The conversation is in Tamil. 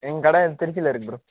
எங்கள் கடை திருச்சியில் இருக்குது ப்ரோ